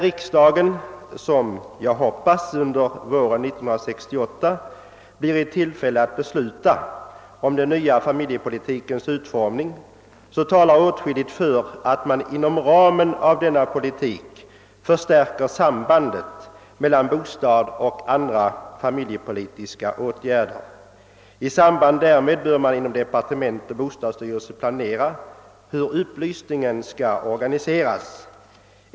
Riksdagen får, hoppas jag, under våren 1968 tillfälle att besluta om den nya familjepolitikens utformning. Åtskilligt talar för att man inom ramen för denna politik borde förstärka sambandet mellan bostadsstöd och andra familjepolitiska åtgärder. I detta sammanhang bör man i departement och bostadsstyrelse planera hur upplysningen skall organiseras.